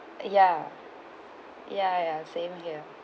ya ya ya same here